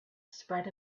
spread